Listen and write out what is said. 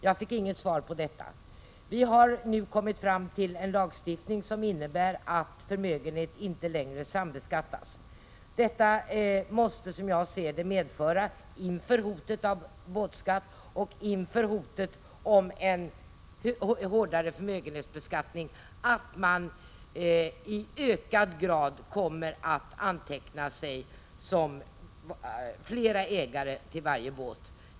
Jag fick inget svar på den frågan. Vi har nu kommit fram till en lagstiftning som innebär att förmögenhet inte längre sambeskattas. Detta måste medföra att man, inför hotet om båtskatt och om en hårdare förmögenhetsbeskattning, i ökad grad registrerar flera ägare till varje båt.